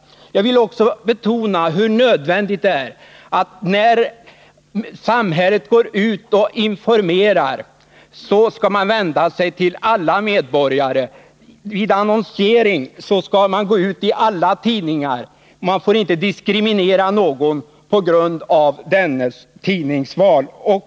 Jag vill också betona hur nödvändigt det är att samhället, när man går ut och informerar, vänder sig till alla medborgare. Vid annonsering skall man gå ut i alla tidningar. Man får inte diskriminera någon på grund av vederbörandes tidningsval.